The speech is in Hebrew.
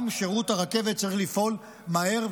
גם שירות הרכבת צריך לפעול מהר,